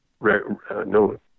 no